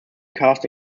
cast